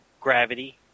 Gravity –